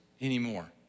anymore